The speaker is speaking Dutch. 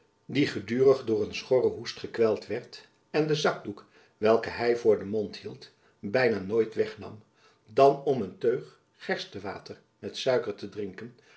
die gedurig door een schorre hoest gekweld werd en den zakdoek welken hy voor den mond hield byna nooit wegnam dan om een teug gerstewater met suiker te drinken